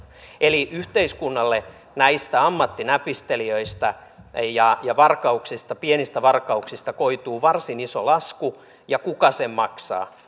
eli yhteiskunnalle näistä ammattinäpistelijöistä ja ja pienistä varkauksista koituu varsin iso lasku ja kuka sen maksaa